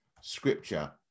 scripture